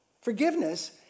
Forgiveness